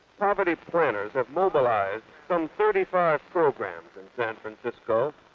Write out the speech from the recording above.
poverty planners have mobilized some thirty-five programs in san francisco.